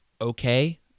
okay